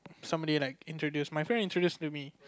someone like introduce my friend introduce to me